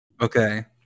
Okay